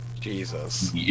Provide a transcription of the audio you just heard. Jesus